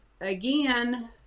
again